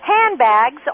handbags